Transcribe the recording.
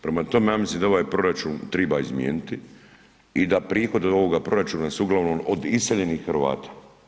Prema tome, ja mislim da ovaj proračun treba izmijeniti i da prihodi od ovoga proračuna su uglavnom od iseljenih Hrvata.